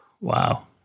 wow